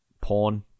Porn